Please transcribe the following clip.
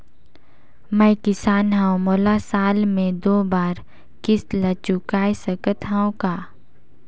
मैं किसान हव मोला साल मे दो बार किस्त ल चुकाय सकत हव का?